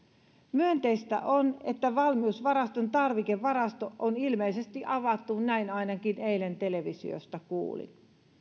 myönteistä on että valmiusvaraston tarvikevarasto on ilmeisesti avattu näin ainakin eilen televisiosta kuulin